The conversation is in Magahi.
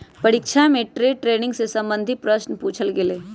परीक्षवा में डे ट्रेडिंग से संबंधित प्रश्न पूछल गय लय